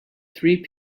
three